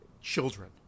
children